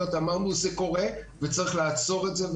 ואמרנו שזה קורה וצריך לעצור את זה.